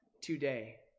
today